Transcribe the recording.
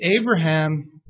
Abraham